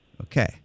Okay